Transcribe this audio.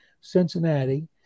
Cincinnati